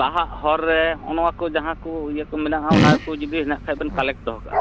ᱞᱟᱦᱟᱜ ᱦᱚᱨ ᱨᱮ ᱦᱚᱜᱼᱚᱭ ᱱᱚᱣᱟ ᱠᱚ ᱡᱟᱦᱟᱸ ᱠᱚ ᱤᱭᱟᱹ ᱠᱚ ᱢᱮᱱᱟᱜᱼᱟ ᱚᱱᱟ ᱠᱚ ᱡᱩᱫᱤ ᱦᱮᱱᱟᱜ ᱠᱷᱟᱡ ᱵᱮᱱ ᱠᱟᱞᱮᱠᱴ ᱫᱚᱦᱚ ᱠᱟᱜᱼᱟ